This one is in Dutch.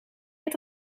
het